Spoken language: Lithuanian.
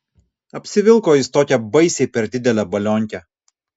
apsivilko jis tokią baisiai per didelę balionkę